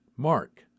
Mark